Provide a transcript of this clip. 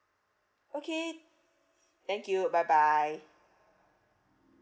okay thank you bye bye